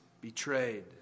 betrayed